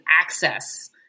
access